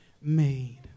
made